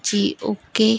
जी okay